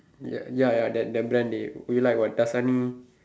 ya ya ya that that brand dey you like what Dasani